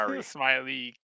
Smiley